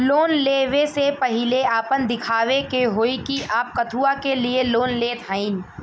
Loan ले वे से पहिले आपन दिखावे के होई कि आप कथुआ के लिए लोन लेत हईन?